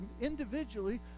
Individually